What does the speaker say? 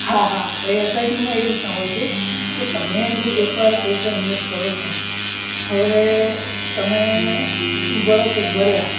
હા હા એ એસઆઇપીમાં એ રીતના હોય છે કે તમે જો એકવાર પૈસા ઇન્વેસ્ટ કરો છો હવે તમે વરસ એક ભર્યા